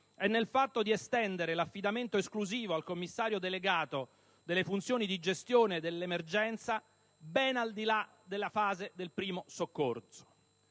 è nel fatto di estendere l'affidamento esclusivo al commissario delegato delle funzioni di gestione dell'emergenza ben al di là della fase del primo soccorso.